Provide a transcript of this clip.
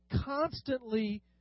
constantly